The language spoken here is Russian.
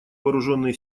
вооруженные